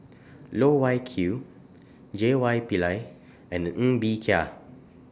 Loh Wai Kiew J Y Pillay and Ng Bee Kia